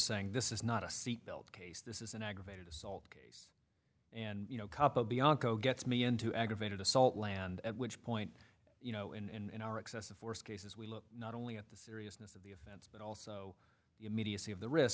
saying this is not a seat belt case this is an aggravated assault case and you know couple bianco gets me into aggravated assault land at which point you know in our excessive force cases we look not only at the seriousness of the offense but also the immediacy of the risk